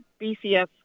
BCS